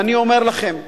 ואני אומר לכם,